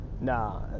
Nah